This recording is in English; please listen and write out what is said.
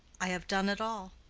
i have done it all.